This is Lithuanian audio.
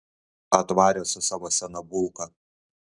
atvarė su savo sena bulka